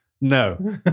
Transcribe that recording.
no